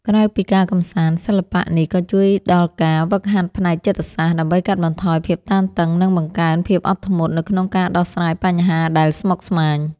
ក្រៅពីការកម្សាន្ត សិល្បៈនេះក៏ជួយដល់ការហ្វឹកហាត់ផ្នែកចិត្តសាស្ត្រ ដើម្បីកាត់បន្ថយភាពតានតឹង និងបង្កើនភាពអត់ធ្មត់នៅក្នុងការដោះស្រាយបញ្ហាដែលស្មុគស្មាញ។